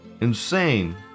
Insane